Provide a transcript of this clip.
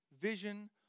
vision